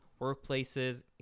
workplaces